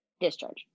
discharge